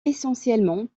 essentiellement